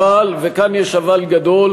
אבל, וכאן יש אבל גדול: